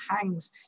hangs